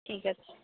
ঠিক আছে